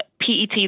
PET